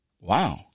Wow